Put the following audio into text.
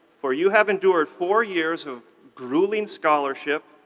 for you have endured four years of grueling scholarship,